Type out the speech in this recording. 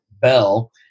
bell